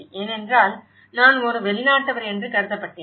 ஏனென்றால் நான் ஒரு வெளிநாட்டவர் என்று கருதப்பட்டேன்